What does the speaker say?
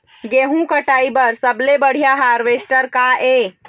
गेहूं कटाई बर सबले बढ़िया हारवेस्टर का ये?